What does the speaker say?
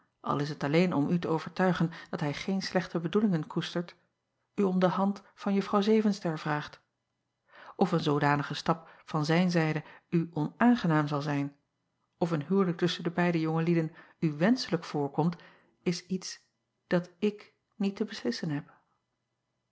al is het alleen om u te overtuigen dat hij geen slechte bedoelingen koestert u om de hand van uffrouw evenster vraagt f een zoodanige stap van zijne zijde u onaangenaam zal zijn of een huwelijk tusschen de beide jonge lieden u wenschelijk voorkomt is iets dat ik niet te beslissen heb